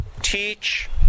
teach